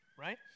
right